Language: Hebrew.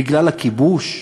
בגלל הכיבוש?